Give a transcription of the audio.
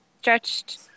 stretched